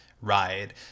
ride